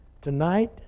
Tonight